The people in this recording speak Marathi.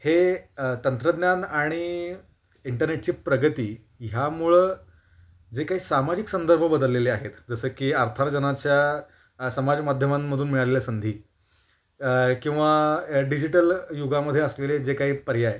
हे तंत्रज्ञान आणि इंटरनेटची प्रगती ह्यामुळं जे काही सामाजिक संदर्भ बदललेले आहेत जसं की अर्थार्जनाच्या समाजमाध्यमांमधून मिळालेल्या संधी किंवा डिजिटल युगामध्ये असलेले जे काही पर्याय